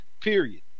Period